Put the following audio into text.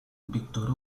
victor